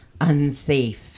unsafe